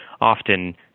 often